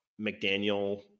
McDaniel